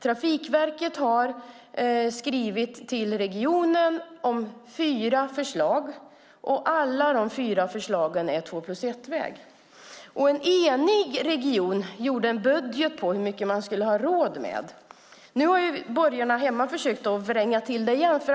Trafikverket har skrivit till regionen om fyra förslag, och alla de fyra förslagen är två-plus-ett-väg. En enig region gjorde en budget för att se hur mycket man skulle ha råd med. Nu har borgarna hemma försökt vränga till det igen.